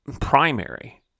primary